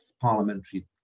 parliamentary